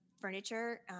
furniture